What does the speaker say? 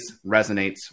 resonates